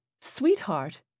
Sweetheart